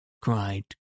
cried